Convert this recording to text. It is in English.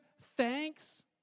thanks